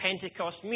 Pentecost